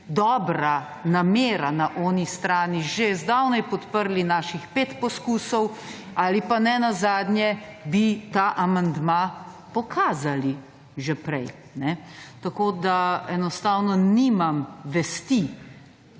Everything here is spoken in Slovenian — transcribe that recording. dobra namera na oni strani, že zdavnaj podprli naših pet poskusov ali pa nenazadnje bi ta amandma pokazali že prej. Tako, da enostavno nimam vesti,